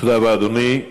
תודה רבה, אדוני.